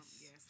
Yes